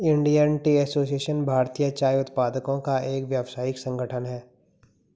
Indian tea association भारतीय चाय उत्पादकों का एक व्यावसायिक संगठन है